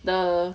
the